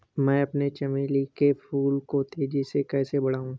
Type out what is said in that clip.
मैं अपने चमेली के फूल को तेजी से कैसे बढाऊं?